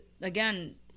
again